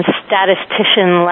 statistician